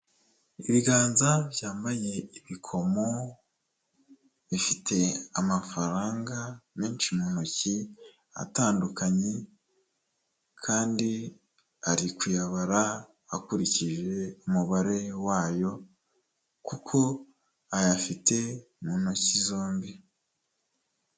Ibiganza byambaye ibikomo bifite amafaranga menshi mu ntoki atandukanye, kandi ari kuyabara akurikije umubare wayo, kuko ayafite mu ntoki zombi.